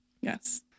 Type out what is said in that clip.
Yes